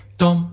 dum